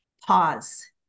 pause